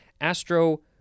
Astro